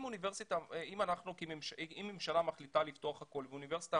אם ממשלה מחליטה לפתוח הכול והאוניברסיטה